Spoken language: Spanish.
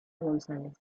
gonzález